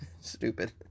Stupid